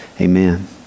amen